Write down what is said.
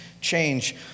change